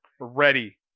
Ready